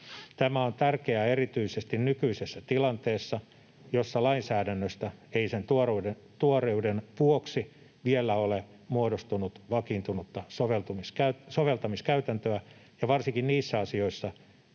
Tämä on tärkeää erityisesti nykyisessä tilanteessa, jossa lainsäädännöstä ei sen tuoreuden vuoksi vielä ole muodostunut vakiintunutta soveltamiskäytäntöä, ja varsinkin niissä asioissa,